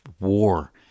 war